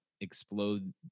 explode